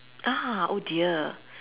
ah oh dear